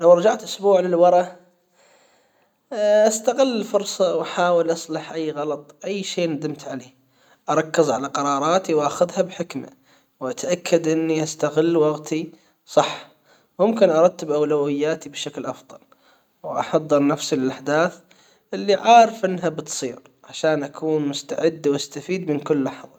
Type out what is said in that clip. لو رجعت اسبوع للورا استغل الفرصة وأحاول أصلح اي غلط اي شي ندمت عليه اركز على قراراتي واخذها بحكمة واتأكد اني استغل وقتي صح ممكن ارتب اولوياتي بشكل افضل واحضر نفس الأحداث اللي عارف انها بتصير عشان اكون مستعدة واستفيد من كل لحظة.